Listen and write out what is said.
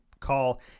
call